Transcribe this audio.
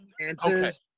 answers